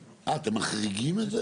אה, אתם מחריגים את זה?